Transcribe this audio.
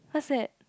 what's that